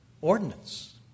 Ordinance